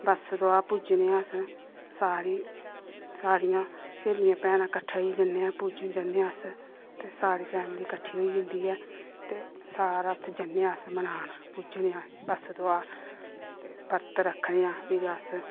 बच्छ दुआ पूजने अस सारे सारियां स्हेलियां भैनां कट्ठे होइये जन्ने आं पूजन जन्ने आं अस ते सारी फैमली किट्ठी होई जंदी ऐ ते सारा उ'त्थें जन्ने आं अस मनान पूजने आं बच्छ दुआ ते बरत रखने आं फिर अस